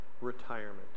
Retirement